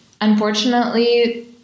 unfortunately